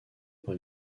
par